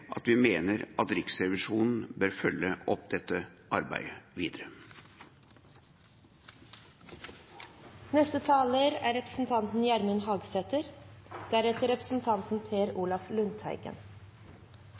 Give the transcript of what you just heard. at vi mener at Riksrevisjonen bør følge opp dette arbeidet videre. Det er